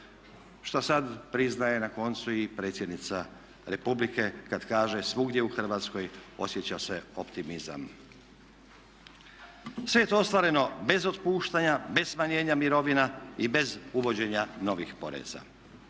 Što sad priznaje na koncu i predsjednica republike kad kaže svugdje u Hrvatskoj osjeća se optimizam. Sve je to ostvareno bez otpuštanja, bez smanjenja mirovina i bez uvođenja novih poreza.